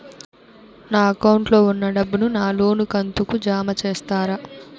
నా అకౌంట్ లో ఉన్న డబ్బును నా లోను కంతు కు జామ చేస్తారా?